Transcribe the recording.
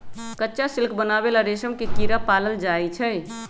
कच्चा सिल्क बनावे ला रेशम के कीड़ा पालल जाई छई